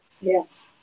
Yes